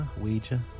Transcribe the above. Ouija